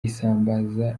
isambaza